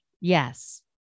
Yes